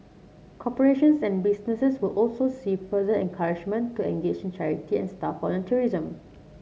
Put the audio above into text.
corporations and businesses will also see further encouragement to engage in charity and staff volunteerism